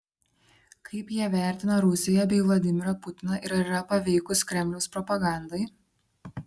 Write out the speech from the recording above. kaip jie vertina rusiją bei vladimirą putiną ir ar yra paveikūs kremliaus propagandai